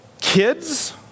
Kids